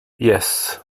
yes